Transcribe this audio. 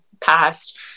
past